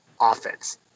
offense